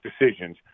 decisions